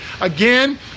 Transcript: Again